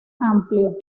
amplio